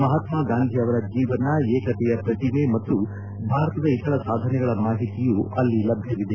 ಮಹಾತ್ಮಾ ಗಾಂಧಿ ಅವರ ಜೀವನ ಏಕತೆಯ ಪ್ರತಿಮೆ ಮತ್ತು ಭಾರತದ ಇತರ ಸಾಧನೆಗಳ ಮಾಹಿತಿಯೂ ಅಲ್ಲಿ ಲಭ್ಯವಿದೆ